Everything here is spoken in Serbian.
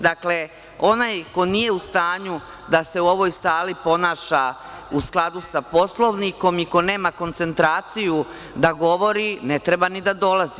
Dakle, onaj ko nije u stanju da se u ovoj sali ponaša u skladu sa Poslovnikom i ko nema koncentraciju da govori, ne treba ni da dolazi.